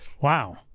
Wow